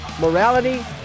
morality